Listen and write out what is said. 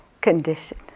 condition